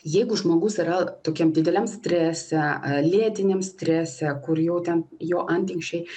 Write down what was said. jeigu žmogus yra tokiam dideliam strese lėtiniam strese kur jau ten jo antinksčiai